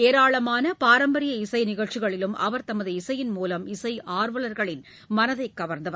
ஏராளமானபாரம்பரிய இசைநிகழ்ச்சிகளிலும் அவர் தமது இசையின் மூலம் இசைஆர்வலர்களின் மனதைகவர்ந்தவர்